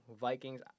Vikings